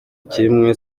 kimwe